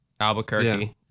Albuquerque